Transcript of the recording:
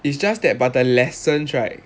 it's just that but the lessons right